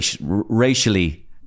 racially